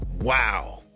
Wow